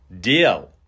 deal